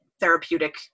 therapeutic